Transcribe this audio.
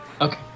Okay